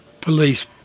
police